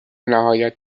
نهایت